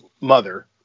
mother